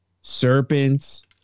serpents